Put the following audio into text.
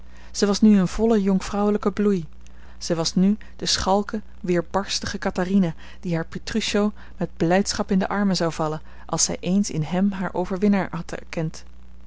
zij was nu in vollen jonkvrouwelijken bloei zij was nu de schalke weerbarstige katharina die haar petruccio met blijdschap in de armen zou vallen als zij eens in hem haar overwinnaar had erkend